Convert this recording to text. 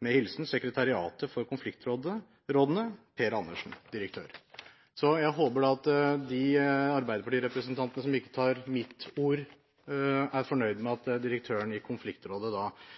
Med hilsen Sekretariatet for konfliktrådene Per Andersen direktør» Jeg håper at de arbeiderpartirepresentantene som ikke godtar mitt ord, er fornøyd med at direktøren i Konfliktrådet